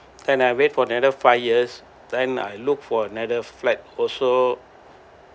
and I wait for another five years then I look for another flat also